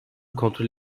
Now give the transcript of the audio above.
kontrol